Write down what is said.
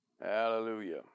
hallelujah